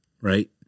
right